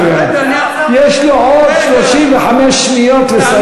יש לו עוד 35 שניות לסיים.